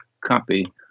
copy